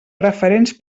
referents